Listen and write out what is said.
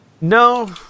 No